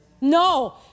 No